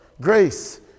Grace